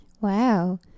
Wow